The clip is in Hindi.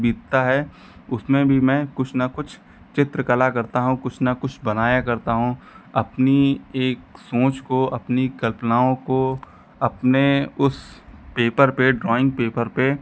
बीतता है उसमें भी मैं कुछ न कुछ चित्रकला करता हूँ कुछ न कुस बनाया करता हूँ अपनी एक सोच को अपनी कल्पनाओं को अपने उस पेपर पे ड्राइंग पेपर पे